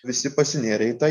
visi pasinėrę į tą